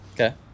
Okay